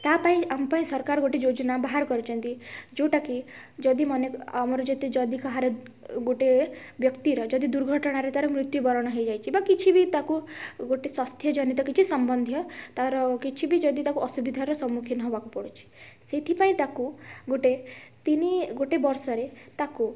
ତା ପାଇଁ ଆମ ପାଇଁ ସରକାର ଗୋଟେ ଯୋଜନା ବାହାର କରିଛନ୍ତି ଯେଉଁଟାକି ଯଦି ମନେକ ଆମର ଯଦି କାହାର ଗୋଟେ ବ୍ୟକ୍ତିର ଯଦି ଦୁର୍ଘଟଣାରେ ତା'ର ମୃତ୍ୟୁବରଣ ହୋଇଯାଇଛି ବା କିଛି ବି ତାକୁ ଗୋଟେ ସ୍ୱାସ୍ଥ୍ୟ ଜନିତ କିଛି ସମ୍ବନ୍ଧୀୟ ତା'ର କିଛି ବି ଯଦି ତାକୁ ଅସୁବିଧାର ସମ୍ମୁଖୀନ ହେବାକୁ ପଡ଼ୁଛି ସେଇଥିପାଇଁ ତାକୁ ଗୋଟେ ତିନି ଗୋଟେ ବର୍ଷରେ ତାକୁ